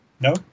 No